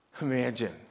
Imagine